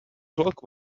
clock